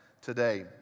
today